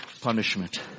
punishment